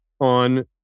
on